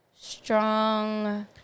strong